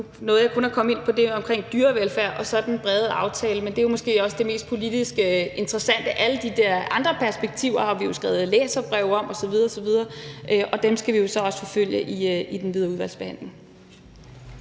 nåede jeg kun at komme ind på det omkring dyrevelfærd og så den brede aftale, men det er måske også det mest politisk interessante. Alle de der andre perspektiver har vi jo skrevet læserbreve om osv. osv., og dem skal vi jo så også forfølge i den videre udvalgsbehandling.